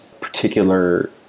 particular